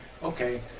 Okay